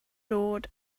dod